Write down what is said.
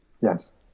Yes